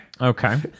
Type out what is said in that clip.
Okay